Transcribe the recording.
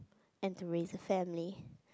and to raise a family